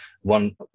One